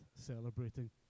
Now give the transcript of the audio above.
celebrating